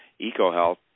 EcoHealth